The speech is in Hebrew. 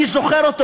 אני זוכר אותו,